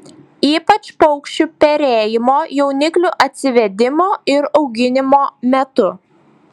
ypač paukščių perėjimo jauniklių atsivedimo ir auginimo metu